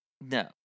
No